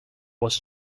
was